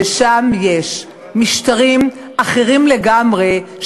ששם יש משטרים אחרים לגמרי,